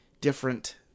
different